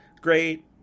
great